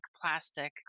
plastic